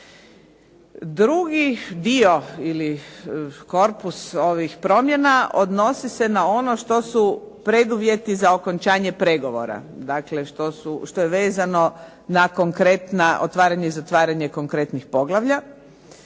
Drugi dio ili korpus ovih promjena odnosi se na ono što su preduvjeti za okončanje pregovora. Dakle, što je vezano na konkretna otvaranje i zatvaranje konkretnih poglavlja.